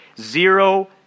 Zero